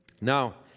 Now